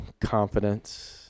confidence